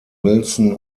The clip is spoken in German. wilson